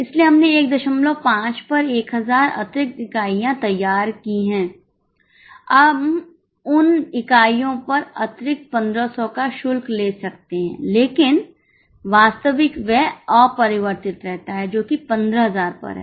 इसलिए हमने 15 पर 1000 अतिरिक्त इकाइयाँ तैयार की हैं हम उन इकाइयों पर अतिरिक्त 1500 का शुल्क ले सकते हैं लेकिन वास्तविक व्यय अपरिवर्तित रहता है जो कि 15000 पर है